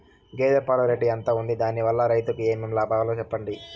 గేదె పాలు రేటు ఎంత వుంది? దాని వల్ల రైతుకు ఏమేం లాభాలు సెప్పండి?